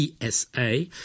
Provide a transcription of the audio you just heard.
ESA